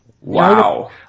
Wow